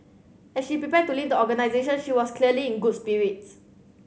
as she prepared to leave the organisation she was clearly in good spirits